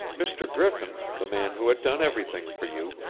mr. griffin, the man who had done everything for you,